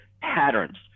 patterns